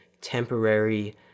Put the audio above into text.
temporary